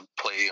play